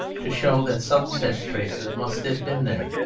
to show that some such traces must have been there.